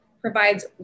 provides